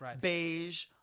beige